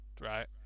right